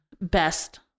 best